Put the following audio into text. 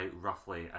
roughly